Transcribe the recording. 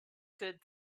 good